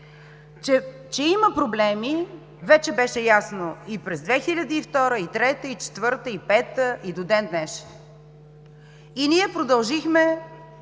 Че има проблеми вече беше ясно и през 2002, 2003, 2004 и 2005 г. и до ден-днешен. И ние продължихме